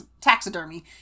taxidermy